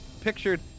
pictured